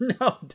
No